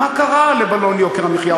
מה קרה לבלון יוקר המחיה?